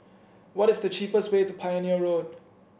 what is the cheapest way to Pioneer Road